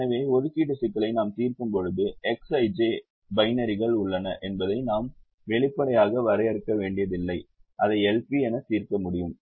எனவே ஒதுக்கீடு சிக்கலை நாம் தீர்க்கும்போது Xij பைனரிகள் உள்ளன என்பதை நாம் வெளிப்படையாக வரையறுக்க வேண்டியதில்லை அதை LP என தீர்க்க முடியும்